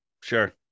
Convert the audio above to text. Sure